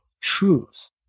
truth